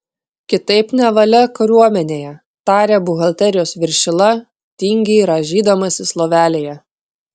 kitaip nevalia kariuomenėje tarė buhalterijos viršila tingiai rąžydamasis lovelėje